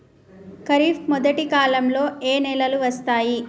ఖరీఫ్ మొదటి కాలంలో ఏ నెలలు వస్తాయి?